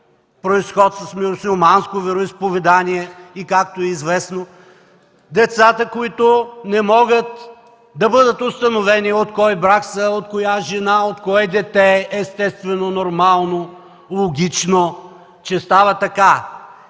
произход с мюсюлманско вероизповедание, както е известно, до децата, които не могат да бъдат установени от кой брак са, от коя жена. Естествено, нормално, логично, че става така,